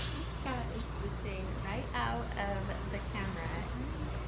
cat is just staying right out of the camera. hi.